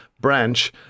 branch